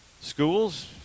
schools